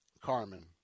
Carmen